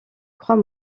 crois